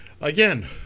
again